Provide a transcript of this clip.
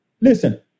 Listen